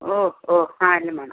ഓ ഓ ആ എല്ലാം വേണം